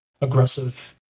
aggressive